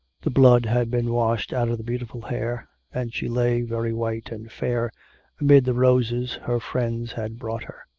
the blood had been washed out of the beautiful hair, and she lay very white and fair amid the roses her friends had brought her.